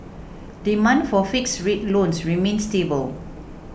demand for fixed rate loans remains stable